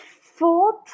fourth